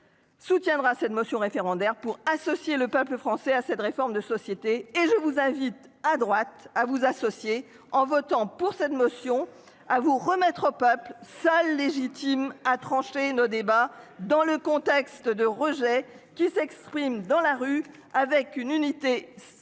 Soutiendra cette motion référendaire pour associer le peuple français à cette réforme de société, et je vous invite à droite à vous associer en votant pour cette motion à vous remettre au peuple ça légitime a tranché nos débats dans le contexte de rejet qui s'exprime dans la rue avec une unité syndicale